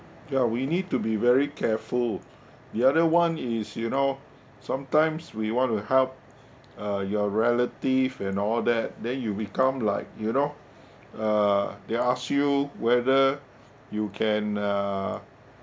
ya we need to be very careful the other [one] is you know sometimes we want to help uh your relative and all that then you become like you know uh they ask you whether you can uh